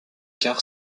quart